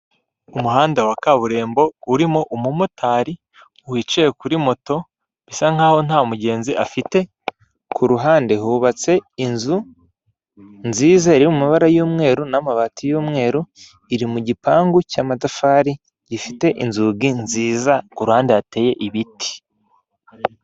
Umuhanda wa kaburimbo urimo umumotari wicaye kuri moto bisa nk'aho nta mugenzi afite, ku ruhande hubatse inzu nziza iri mu mabara y'umweru, n'amabati y'umweru, iri mu gipangu cy'amatafari gifite inzugi nziza, ku ruhande hateye ibiti.